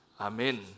Amen